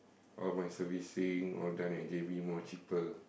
all my servicing all done at J_B more cheaper